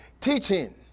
teaching